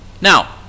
Now